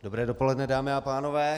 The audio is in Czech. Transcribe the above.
Dobré dopoledne, dámy a pánové.